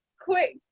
quick